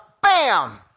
bam